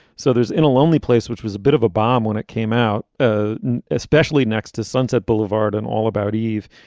so there's in a lonely place, which was a bit of a bomb when it came out. ah especially next to sunset boulevard and all about eve.